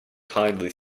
kindly